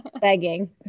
Begging